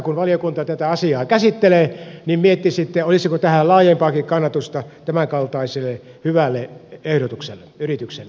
kun valiokunta tätä asiaa käsittelee niin miettisitte olisiko tähän laajempaakin kannatusta tämän kaltaiselle hyvälle yritykselle